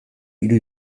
hiru